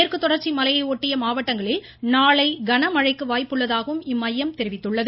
மேற்கு தொடர்ச்சி மலையை ஒட்டிய மாவட்டங்களில் நாளை கனமழைக்கு வாய்ப்புள்ளதாகவும் இம்மையம் தெரிவித்துள்ளது